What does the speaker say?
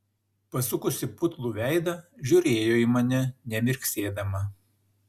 pasukusi putlų veidą žiūrėjo į mane nemirksėdama